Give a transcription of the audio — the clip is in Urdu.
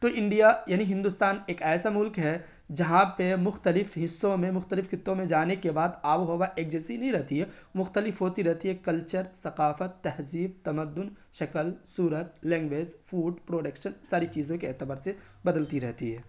تو انڈیا یعنی ہندوستان ایک ایسا ملک ہے جہاں پہ مختلف حصوں میں مختلف خطوں میں جانے کے بعد آب و ہوا ایک جیسی نہیں رہتی ہے مختلف ہوتی رہتی ہے کلچر ثقافت تہذیب تمدن شکل صورت لینگویز فوڈ پروڈکشن ساری چیزوں کے اعتبار سے بدلتی رہتی ہے